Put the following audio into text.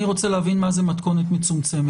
אני רוצה להבין מה זו מתכונת מצומצמת.